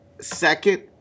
second